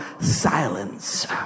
silence